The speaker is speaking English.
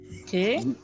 Okay